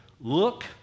Look